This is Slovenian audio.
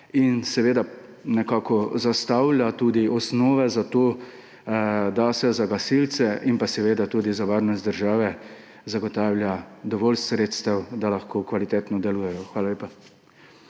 delajo in zastavljajo osnove za to, da se za gasilce in tudi za varnost države zagotavlja dovolj sredstev, da lahko kvalitetno delujejo. Hvala lepa.